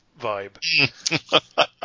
vibe